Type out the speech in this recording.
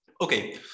Okay